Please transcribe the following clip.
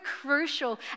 crucial